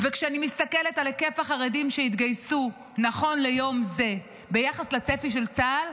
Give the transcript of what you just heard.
כשאני מסתכלת על היקף החרדים שהתגייסו נכון ליום זה ביחס לצפי של צה"ל,